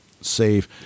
save